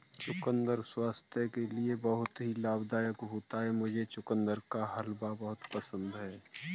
चुकंदर स्वास्थ्य के लिए बहुत ही लाभदायक होता है मुझे चुकंदर का हलवा बहुत पसंद है